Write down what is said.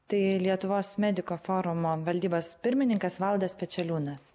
tai lietuvos mediko forumo valdybos pirmininkas valdas pečeliūnas